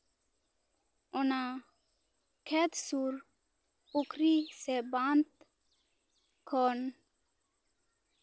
ᱚᱱᱟ ᱠᱷᱮᱛ ᱥᱩᱨ ᱯᱩᱠᱷᱨᱤ ᱥᱮ ᱵᱟᱸᱫᱷ ᱠᱷᱚᱱ